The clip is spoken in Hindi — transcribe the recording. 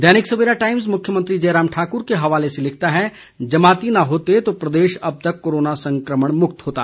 दैनिक सवेरा टाइम्स मुख्यमंत्री जयराम ठाकुर के हवाले से लिखता है जमाती न होते तो प्रदेश अब तक कोरोना संकमण मुक्त होता